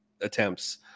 attempts